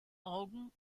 augen